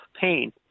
pain